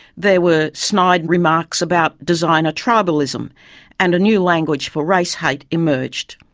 there were snide remarks about designer tribalism and a new language for race hate emerged.